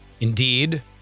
Indeed